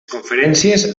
conferències